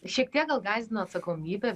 šiek tiek gal gąsdino atsakomybė